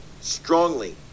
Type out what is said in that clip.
strongly